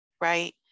right